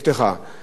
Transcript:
הגיעו לחנות,